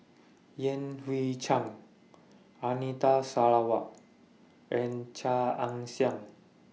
Yan Hui Chang Anita Sarawak and Chia Ann Siang